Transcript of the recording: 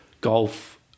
golf